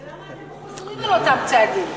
אבל למה אתם חוזרים על אותם צעדים?